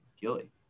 Gilly